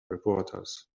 reporters